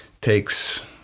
Takes